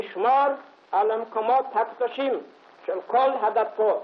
תשמור על המקומות הקדושים של כל הדתות.